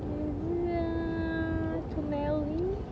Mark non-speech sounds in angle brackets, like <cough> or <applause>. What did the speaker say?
<noise>